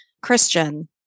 Christian